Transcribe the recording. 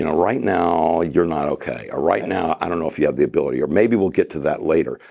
and right now, you're not okay. ah right now, i don't know if you have the ability. or maybe we'll get to that later.